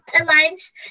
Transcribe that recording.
Alliance